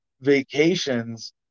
vacations